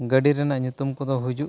ᱜᱟᱹᱰᱤ ᱨᱮᱱᱟᱜ ᱧᱩᱛᱩᱢ ᱠᱚᱫᱚ ᱦᱩᱡᱩᱜ